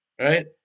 right